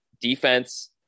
defense